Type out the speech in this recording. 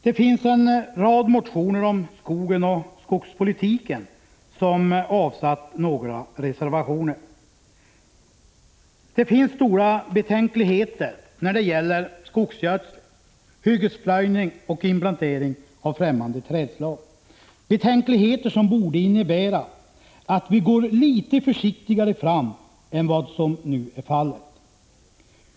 Det finns en rad motioner om skogen och skogspolitiken, som har avsatt några reservationer. Det finns stora betänkligheter när det gäller skogsgödsling, hyggesplöjning och inplantering av främmande trädslag, betänkligheter som borde innebära att vi går litet försiktigare fram än vad som nu är fallet.